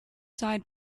side